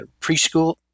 preschool